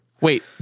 Wait